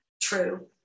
true